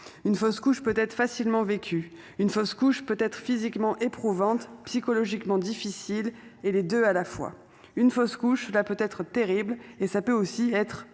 Une fausse couche peut être facilement vécu une fausse couche peut être physiquement éprouvante psychologiquement difficile et les deux à la fois une fausse couche là peut être terrible et ça peut aussi être pas